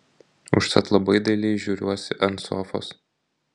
užtat labai dailiai žiūriuosi ant sofos